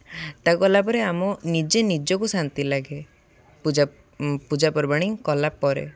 ତାକୁ କଲାପରେ ଆମ ନିଜେ ନିଜକୁ ଶାନ୍ତି ଲାଗେ ପୂଜା ପୂଜା ପୂଜାପର୍ବାଣି କଲାପରେ